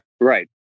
Right